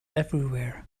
everywhere